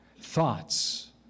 Thoughts